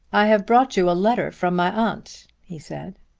i have brought you a letter from my aunt, he said.